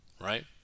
right